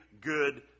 good